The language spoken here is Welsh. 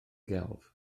gelf